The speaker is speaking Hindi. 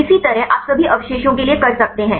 इसी तरह आप सभी अवशेषों के लिए कर सकते हैं